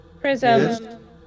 Prism